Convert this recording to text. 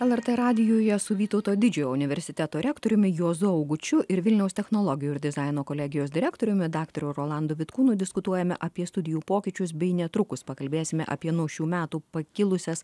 lrt radijuje su vytauto didžiojo universiteto rektoriumi juozu augučiu ir vilniaus technologijų ir dizaino kolegijos direktoriumi daktaru rolandu vitkūnu diskutuojame apie studijų pokyčius bei netrukus pakalbėsime apie nuo šių metų pakilusias